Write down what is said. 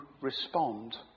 respond